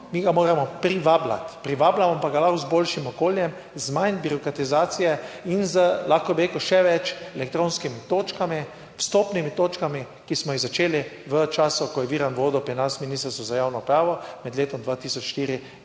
mi ga moramo privabljati, privabljamo pa ga lahko z boljšim okoljem, z manj birokratizacije in z, lahko bi rekel še več elektronskimi točkami, vstopnimi točkami, ki smo jih začeli v času, ko je Virant vodil pri nas Ministrstvo za javno upravo, med letom 2004